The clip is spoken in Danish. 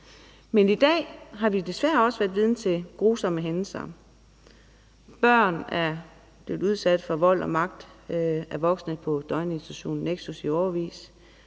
Men i dag har vi desværre også været vidne til grusomme hændelser. Børn er blevet udsat for vold og brug af magt af voksne på døgninstitutionen Nexus i årevis.